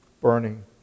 burning